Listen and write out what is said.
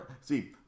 see